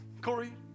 Corey